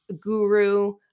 guru